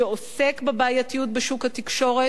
שעוסק בבעייתיות בשוק התקשורת.